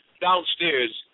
downstairs